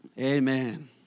Amen